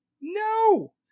No